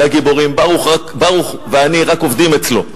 לברוך, ברוך ואני רק עובדים אצלו.